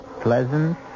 pleasant